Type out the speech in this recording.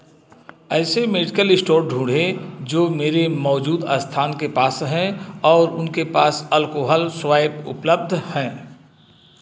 ऐसे medical store ढूँढें जो मेरे मौजूद स्थान के पास हैं और उनके पास अल्कोहल स्वैप दवा उपलब्ध है